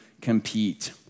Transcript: compete